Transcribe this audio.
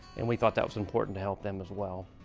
and we thought that was important to help them, as well.